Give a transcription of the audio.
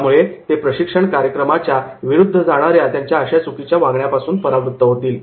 त्यामुळे ते प्रशिक्षण कार्यक्रमाच्या विरुद्ध जाणाऱ्या त्यांच्या अशा चुकीच्या वागण्यापासून परावृत्त होतील